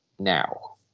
Now